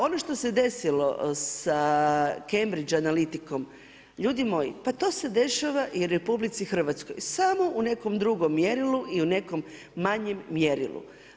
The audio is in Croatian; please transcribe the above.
Ono što se desilo sa cambridge analitikom, ljudi moji, pa to se dešava i u RH, samo u nekom drugom mjerilu i u nekom manjem mjerilu.